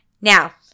Now